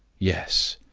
yes.